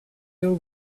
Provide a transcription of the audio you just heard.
till